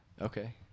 Okay